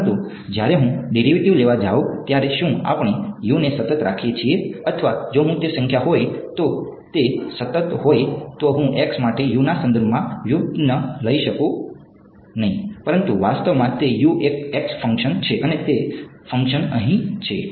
પરંતુ જ્યારે હું ડેરિવેટિવ લેવા જાઉં ત્યારે શું આપણે ને સતત રાખીએ છીએ અથવા જો હું તે સંખ્યા હોય તો તે સતત હોય તો હું માટે ના સંદર્ભમાં વ્યુત્પન્ન ન લઈ શકું પરંતુ વાસ્તવમાં તે એક ફંક્શન છે અને તે ફંક્શન અહીં છે